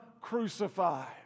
crucified